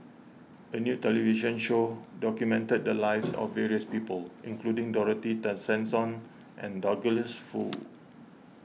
a new television show documented the lives of various people including Dorothy Tessensohn and Douglas Foo